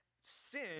sin